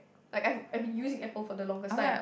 like I I've been using Apple for the longest time